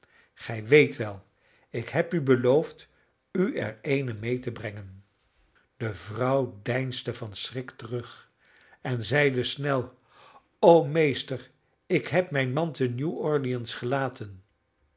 gij weet wel ik heb u beloofd u er eene mee te brengen de vrouw deinsde van schrik terug en zeide snel o meester ik heb mijn man te new-orleans gelaten